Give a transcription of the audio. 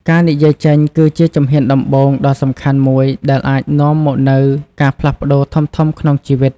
ការនិយាយចេញគឺជាជំហានដំបូងដ៏សំខាន់មួយដែលអាចនាំមកនូវការផ្លាស់ប្ដូរធំៗក្នុងជីវិត។